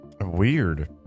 Weird